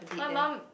my mum